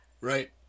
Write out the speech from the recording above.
Right